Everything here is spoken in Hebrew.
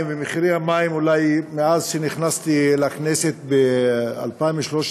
ומחירי המים אולי מאז שנכנסתי לכנסת ב-2013,